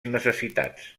necessitats